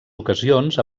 ocasions